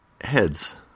heads